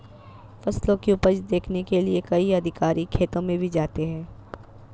फसलों की उपज देखने के लिए कई अधिकारी खेतों में भी जाते हैं